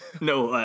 no